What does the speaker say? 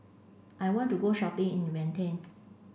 I want to go shopping in Vientiane